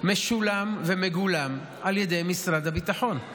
משולם ומגולם על ידי משרד הביטחון,